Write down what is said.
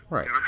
Right